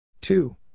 two